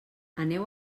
aneu